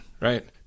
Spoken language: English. right